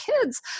kids